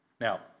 Now